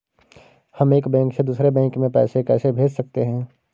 हम एक बैंक से दूसरे बैंक में पैसे कैसे भेज सकते हैं?